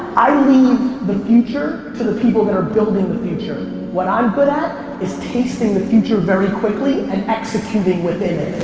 i mean the future to the people that are building the future. what i'm good at is tasting the future very quickly and executing within it.